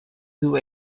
two